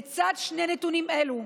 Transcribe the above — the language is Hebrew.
לצד שני נתונים אלה,